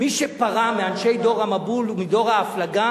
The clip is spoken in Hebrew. "מי שפרע מאנשי דור המבול ומדור הפלגה